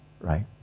right